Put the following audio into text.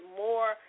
more